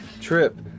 trip